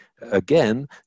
again